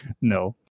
No